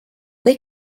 they